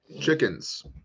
chickens